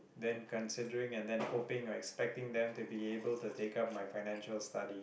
then considering and then hoping like expecting them to be able to take up my financial study